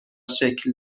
شکل